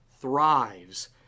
thrives